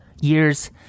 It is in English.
years